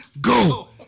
go